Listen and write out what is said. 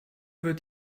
wird